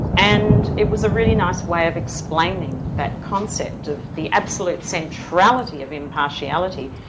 and it was a really nice way of explaining that concept of the absolute centrality of impartiality,